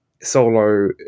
solo